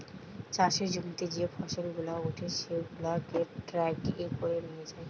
চাষের জমিতে যে ফসল গুলা উঠে সেগুলাকে ট্রাকে করে নিয়ে যায়